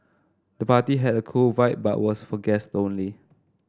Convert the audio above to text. the party had a cool vibe but was for guests only